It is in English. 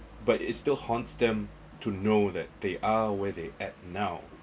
but it's still haunts them to know that they are where they at now